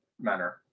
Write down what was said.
manner